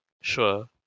Sure